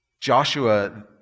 Joshua